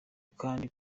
kandi